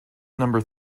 number